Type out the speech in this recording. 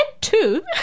two